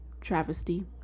Travesty